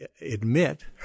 admit